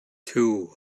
two